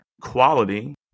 quality